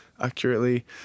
accurately